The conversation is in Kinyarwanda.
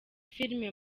filime